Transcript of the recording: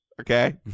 okay